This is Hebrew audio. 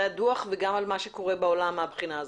הדוח וגם על מה שקורה בעולם מהבחינה הזאת.